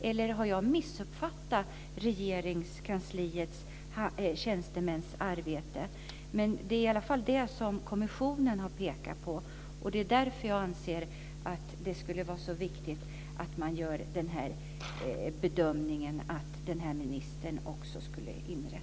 Eller har jag missuppfattat arbetet hos tjänstemännen i Regeringskansliet? Det är det som kommissionen har pekat på. Det är därför jag anser att det skulle vara så viktigt med att inrätta denna ministerpost.